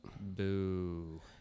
Boo